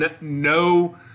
no